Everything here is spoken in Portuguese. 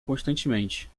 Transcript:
constantemente